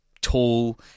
tall